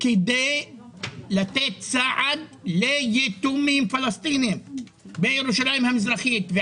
כדי לתת סעד ליתומים פלסטינים בירושלים המזרחית.